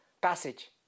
passage